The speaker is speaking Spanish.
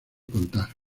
contar